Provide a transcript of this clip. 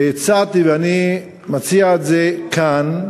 והצעתי, ואני מציע את זה כאן,